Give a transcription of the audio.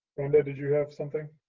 brenda, did you have something?